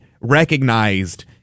recognized